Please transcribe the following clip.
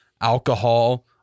alcohol